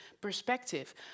perspective